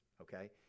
okay